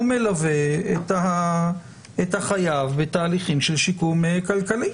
הוא מלווה את החייב בתהליכים של שיקום כלכלי.